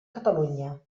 catalunya